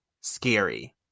scary